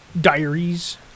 Diaries